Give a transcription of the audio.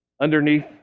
underneath